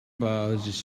biologists